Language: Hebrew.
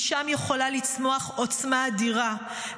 משם יכולה לצמוח עוצמה אדירה,